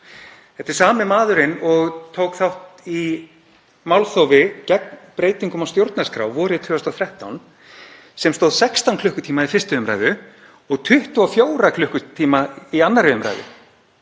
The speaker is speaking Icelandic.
Þetta er sami maðurinn og tók þátt í málþófi gegn breytingum á stjórnarskrá vorið 2013 sem stóð 16 klukkutíma í 1. umr. og 24 klukkutíma í 2. umr.